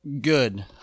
good